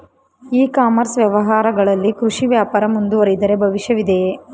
E commerce ವ್ಯವಹಾರಗಳಲ್ಲಿ ಕೃಷಿ ವ್ಯಾಪಾರ ಮುಂದುವರಿದರೆ ಭವಿಷ್ಯವಿದೆಯೇ?